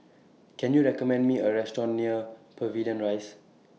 Can YOU recommend Me A Restaurant near Pavilion Rise